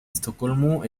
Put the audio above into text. estocolmo